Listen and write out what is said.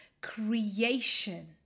creation